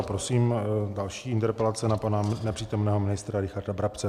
Prosím, další interpelace na pana nepřítomného ministra Richarda Brabce.